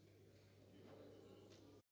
Дякую.